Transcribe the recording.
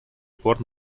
упор